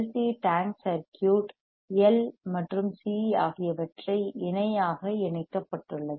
C tank circuit L மற்றும் C ஆகியவற்றை இணையாக இணைக்கப்பட்டுள்ளது